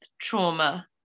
trauma